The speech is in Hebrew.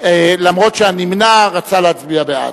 גם אם הנמנע רצה להצביע בעד.